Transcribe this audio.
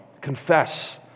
Confess